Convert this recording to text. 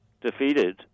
defeated